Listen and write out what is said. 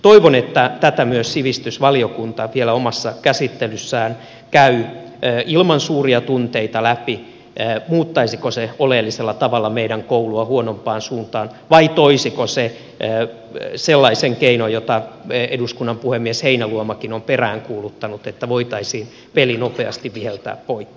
toivon että tätä myös sivistysvaliokunta vielä omassa käsittelyssään käy ilman suuria tunteita läpi muuttaisiko se oleellisella tavalla meidän koulua huonompaan suuntaan vai toisiko se sellaisen keinon jota eduskunnan puhemies heinäluomakin on peräänkuuluttanut että voitaisiin peli nopeasti viheltää poikki